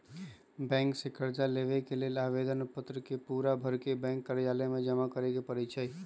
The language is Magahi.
बैंक से कर्जा लेबे के लेल आवेदन पत्र के पूरे भरके बैंक कर्जालय में जमा करे के परै छै